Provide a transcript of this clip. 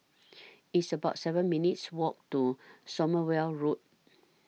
It's about seven minutes' Walk to Sommerville Road